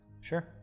sure